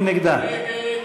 מי נגדה?